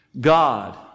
God